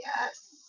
Yes